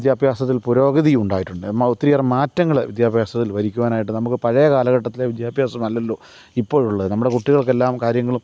വിദ്യാഭ്യാസത്തില് പുരോഗതിയും ഉണ്ടായിട്ടുണ്ട് ഒത്തിരിയേറെ മാറ്റങ്ങൾ വിദ്യാഭ്യാസത്തില് വരിക്കുവാനായിട്ട് നമുക്ക് പഴയ കാലഘട്ടത്തിലെ വിദ്യാഭ്യാസമല്ലല്ലോ ഇപ്പോഴുള്ളത് നമ്മുടെ കുട്ടികള്ക്കെല്ലാം കാര്യങ്ങളും